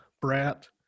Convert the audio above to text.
brat